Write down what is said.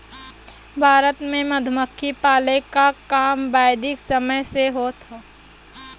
भारत में मधुमक्खी पाले क काम वैदिक समय से होत हौ